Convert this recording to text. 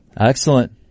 Excellent